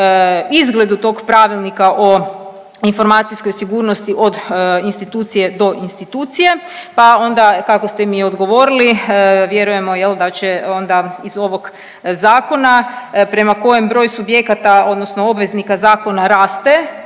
izgledu tog pravilnika o informacijskoj sigurnosti od institucije do institucije, pa onda kako ste mi i odgovorili vjerujemo jel da će onda iz ovog zakona prema kojem broj subjekata odnosno obveznika zakona raste,